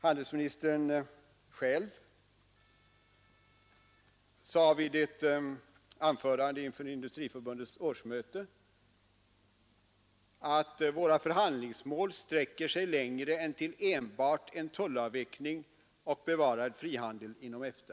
Handelsministern sade i ett anförande inför Industriförbundets årsmöte i april 1971 att våra förhandlingsmål sträcker sig längre än till enbart en tullavveckling och bevarad frihandel inom EFTA.